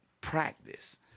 practice